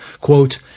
Quote